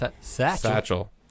Satchel